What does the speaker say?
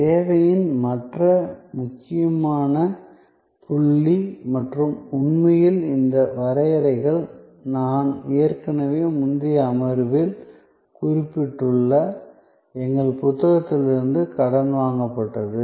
சேவையின் மற்ற முக்கியமான புள்ளி மற்றும் உண்மையில் இந்த வரையறைகள் நான் ஏற்கனவே முந்தைய அமர்வில் குறிப்பிட்டுள்ள எங்கள் புத்தகத்திலிருந்து கடன் வாங்கப்பட்டது